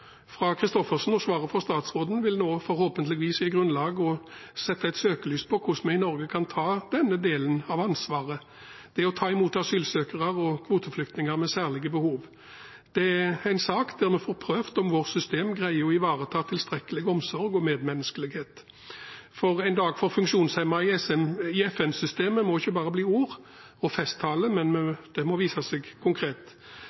fra Christoffersen og svaret fra statsråden vil forhåpentligvis gi grunnlag for og sette søkelyset på hvordan vi i Norge kan ta denne delen av ansvaret for å ta imot asylsøkere og kvoteflyktninger med særskilte behov. Det er en sak der vi får prøvd om vårt system greier å ivareta tilstrekkelig omsorg og medmenneskelighet. En dag for funksjonshemmede i FN-systemet må ikke bli bare ord og festtaler, det må vises konkret.